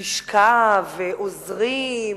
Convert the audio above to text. לשכה, עוזרים,